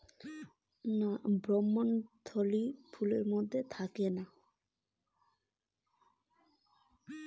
ভ্রূণথলি ফুলের মধ্যে থাকে